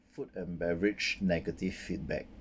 food and beverage negative feedback